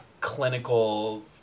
clinical